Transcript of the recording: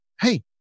hey